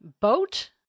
boat